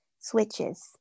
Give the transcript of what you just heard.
switches